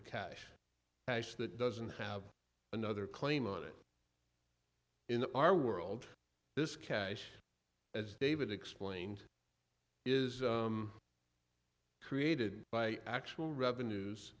for cash that doesn't have another claim on it in our world this cash as david explained is created by actual revenues